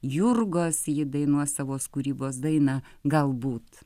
jurgos ji dainuos savos kūrybos dainą galbūt